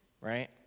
right